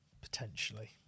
potentially